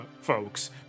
folks